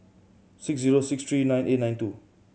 six zero six three nine eight nine two